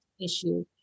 issue